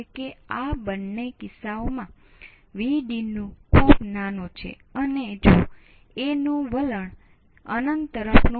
તેથી આ બિંદુએ વોલ્ટેજ છે તે આ Vd × A0 છે